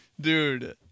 Dude